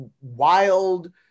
wild